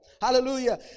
Hallelujah